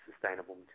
sustainable